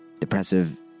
depressive